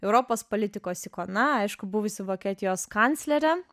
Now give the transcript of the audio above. europos politikos ikona aišku buvusi vokietijos kanclerė